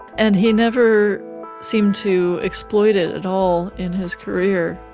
and he never seemed to exploit it at all in his career.